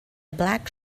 black